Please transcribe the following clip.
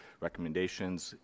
recommendations